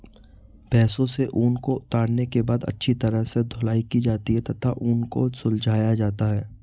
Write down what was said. भेड़ों से ऊन को उतारने के बाद अच्छी तरह से धुलाई की जाती है तथा ऊन को सुलझाया जाता है